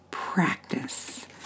practice